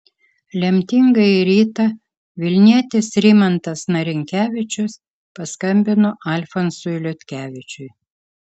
lemtingąjį rytą vilnietis rimantas narinkevičius paskambino alfonsui liutkevičiui